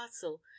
castle